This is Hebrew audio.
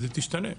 היא תשתנה.